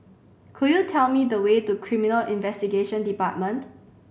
could you tell me the way to Criminal Investigation Department